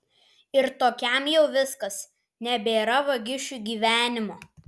ir tokiam jau viskas nebėra vagišiui gyvenimo